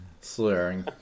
slurring